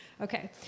Okay